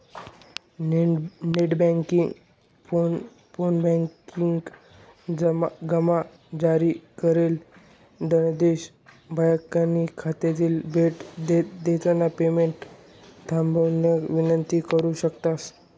net banking, फोनबँकिंगमा जारी करेल धनादेश ब्यांकना खाताले भेट दिसन पेमेंट थांबाडानी विनंती करु शकतंस